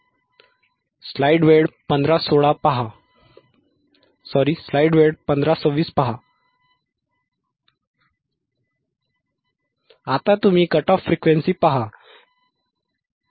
आता तुम्ही cut off frequency पहा कमी कट ऑफ फ्रिक्वेन्सी fL 159